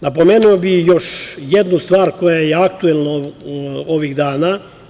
Napomenuo bih još jednu stvar koja je aktuelna ovih dana.